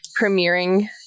premiering